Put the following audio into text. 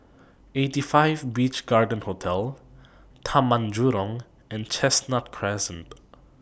eighty five Beach Garden Hotel Taman Jurong and Chestnut Crescent